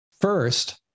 First